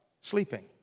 Sleeping